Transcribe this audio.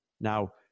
Now